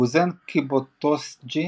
מוזן קיבוטסוג'י,